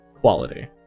quality